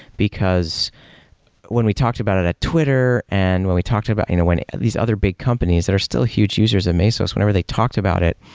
because when we talked about it at twitter and when we talked about you know these other big companies that are still huge users of mesos, whenever they talked about it,